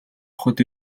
явахад